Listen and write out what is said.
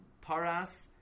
Paras